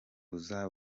buza